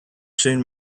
soon